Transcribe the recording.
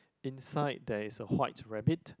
inside there's a white rabbit